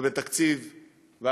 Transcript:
ובוועדת תקציב הביטחון,